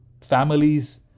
families